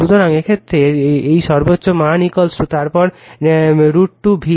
সুতরাং এই ক্ষেত্রে এই সর্বোচ্চ মান তারপর √ 2 V